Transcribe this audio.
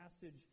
passage